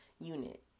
unit